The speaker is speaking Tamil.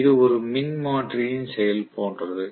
இது ஒரு மின்மாற்றியின் செயல் போன்றது